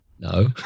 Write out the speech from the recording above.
No